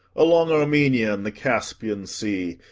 along armenia and the caspian sea,